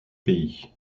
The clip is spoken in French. pays